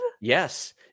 Yes